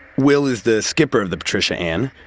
will is the skipper of the patricia ann.